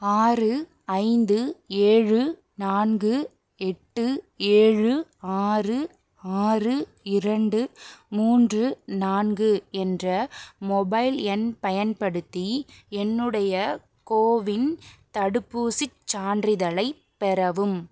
ஆறு ஐந்து ஏழு நான்கு எட்டு ஏழு ஆறு ஆறு இரண்டு மூன்று நான்கு என்ற மொபைல் எண் பயன்படுத்தி என்னுடைய கோவின் தடுப்பூசிச் சான்றிதழைப் பெறவும்